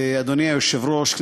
אדוני היושב-ראש,